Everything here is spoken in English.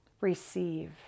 Receive